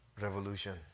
revolution